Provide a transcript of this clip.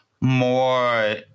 more